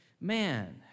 man